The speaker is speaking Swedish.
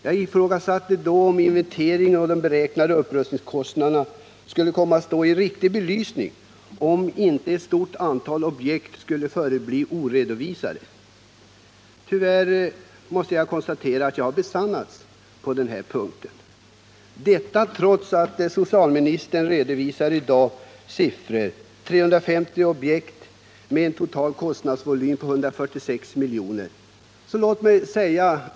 Jag ifrågasatte då om inventeringen och de beräknade upprustningskostnaderna skulle få riktig belysning och om inte ett stort antal objekt skulle förbli oredovisade. Tyvärr måste jag konstatera att jag har besannats på denna punkt, detta trots de siffror som socialministern i dag har redovisat: 355 objekt med en total kostnadsvolym på 146 miljoner.